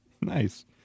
nice